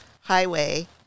highway